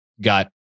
got